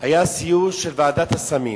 היה סיור של ועדת הסמים,